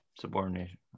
Subordination